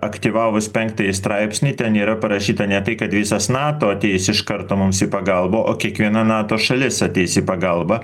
aktyvavus penktąjį straipsnį ten yra parašyta ne tai kad visas nato ateis iš karto mums į pagalbą o kiekviena nato šalis ateis į pagalbą